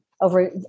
over